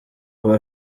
aba